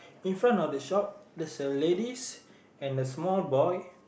in front of the shop there's a ladies and a small boy